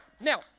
now